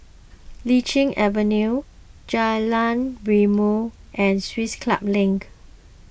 Lichi Avenue Jalan Rimau and Swiss Club Link